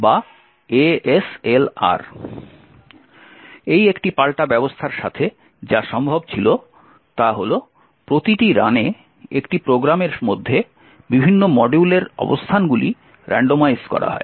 এই একটি পাল্টা ব্যবস্থার সাথে যা সম্ভব ছিল তা হল প্রতিটি রানে একটি প্রোগ্রামের মধ্যে বিভিন্ন মডিউলের অবস্থানগুলি রান্ডমাইজ করা হয়